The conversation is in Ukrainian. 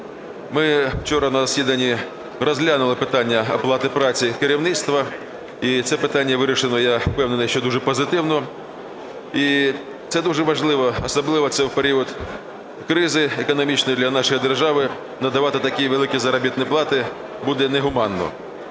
Ми вчора на засіданні розглянули питання оплати праці керівництва і це питання вирішено, я впевнений, що дуже позитивно. І це дуже важливо, особливо це в період кризи економічної для нашої держави, надавати такі великі заробітні плати буде негуманно.